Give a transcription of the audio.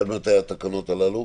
עד מתי התקנות הללו?